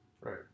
Right